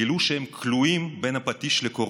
גילו שהם כלואים בין הפטיש לקורונה"